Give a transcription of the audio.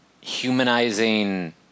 humanizing